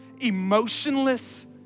emotionless